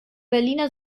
berliner